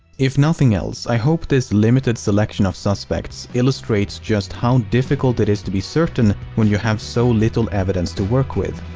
if nothing else, i hope that this limited selection of suspects illustrates just how difficult it is to be certain when you have so little evidence to work with.